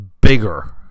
bigger